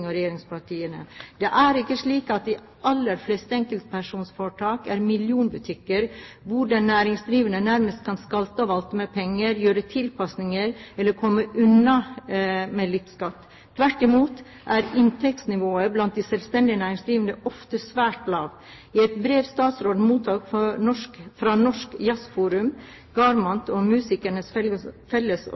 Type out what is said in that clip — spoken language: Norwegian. og regjeringspartiene. Det er ikke slik at de aller fleste enkeltpersonforetak er millionbutikker hvor den næringsdrivende nærmest kan skalte og valte med penger, gjøre tilpasninger eller komme unna med lite skatt. Tvert imot er inntektsnivået blant de selvstendig næringsdrivende ofte svært lavt. I et brev statsråden mottok fra Norsk jazzforum, GramArt og Musikernes fellesorganisasjon i fjor høst, framgår det at gjennomsnittsinntekten for musikere, sangere og